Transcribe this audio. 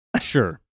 Sure